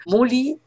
Molly